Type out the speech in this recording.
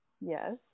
Yes